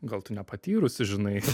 gal tu nepatyrusi žinai